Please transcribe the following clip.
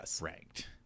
ranked